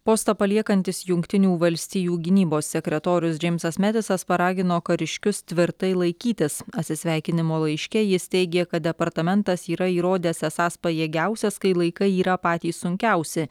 postą paliekantis jungtinių valstijų gynybos sekretorius džeimsas matisas paragino kariškius tvirtai laikytis atsisveikinimo laiške jis teigė kad departamentas yra įrodęs esąs pajėgiausias kai laikai yra patys sunkiausi